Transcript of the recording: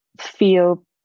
feel